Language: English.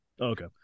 Okay